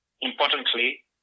Importantly